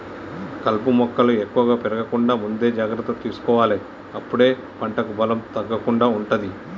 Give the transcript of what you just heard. కలుపు మొక్కలు ఎక్కువ పెరగకుండా ముందే జాగ్రత్త తీసుకోవాలె అప్పుడే పంటకు బలం తగ్గకుండా ఉంటది